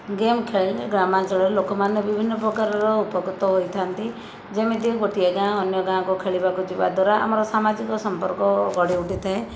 game ଖେଳିଲେ ଗ୍ରାମଞ୍ଚଳରେ ଲୋକମାନେ ବିଭିନ୍ନ ପ୍ରକାରର ଉପକୃତ ହୋଇଥାନ୍ତି ଯେମିତିକି ଗୋଟିଏ ଗାଁ ଅନ୍ୟ ଏକ ଗାଁକୁ ଖେଳିବାକୁ ଯିବା ଦ୍ଵାରା ଆମର ସାମାଜିଜ ସମ୍ପର୍କ ଗଢ଼ି ଉଠିଥାଏ